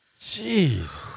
Jeez